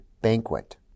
banquet